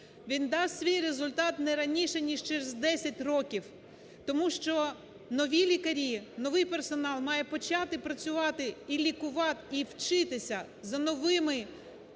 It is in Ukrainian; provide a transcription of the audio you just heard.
Він дасть свій результат не раніше ніж через 10 років, тому що нові лікарі, новий персонал має почати працювати і вчитися за новими